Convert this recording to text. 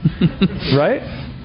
Right